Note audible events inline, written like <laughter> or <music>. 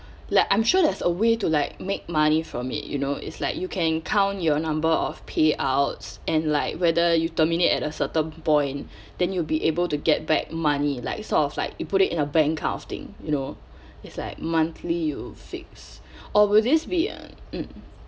like I'm sure there's a way to like make money from it you know it's like you can count your number of payouts and like whether you terminate at a certain point <breath> then you'll be able to get back money like sort of like you put it in a bank kind of thing you know it's like monthly you fix <breath> or will this be uh mm